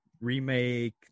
remake